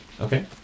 Okay